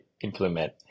implement